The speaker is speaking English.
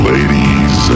Ladies